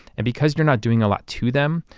and because you're not doing a lot to them,